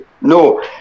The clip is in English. no